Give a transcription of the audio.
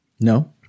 No